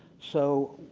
so,